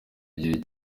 gihe